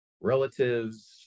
relatives